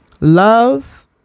Love